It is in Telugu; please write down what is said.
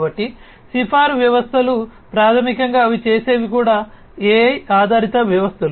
కాబట్టి సిఫారసు వ్యవస్థలు ప్రాథమికంగా అవి చేసేవి కూడా AI ఆధారిత వ్యవస్థలు